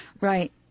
Right